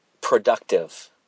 productive